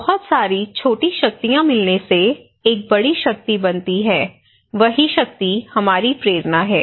बहुत सारी छोटी शक्तियां मिलने से एक बड़ी शक्ति बनती है वही हमारी प्रेरणा है